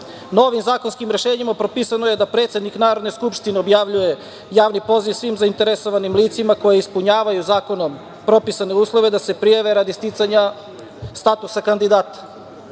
novim zakonskim rešenjima propisano je da predsednik Narodne skupštine objavljuje javni poziv svim zainteresovanim licima koja ispunjavaju zakonom propisane uslove da se prijave radi sticanja statusa kandidata.